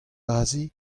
aze